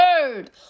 third